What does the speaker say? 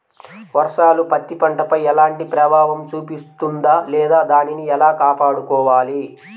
వర్షాలు పత్తి పంటపై ఎలాంటి ప్రభావం చూపిస్తుంద లేదా దానిని ఎలా కాపాడుకోవాలి?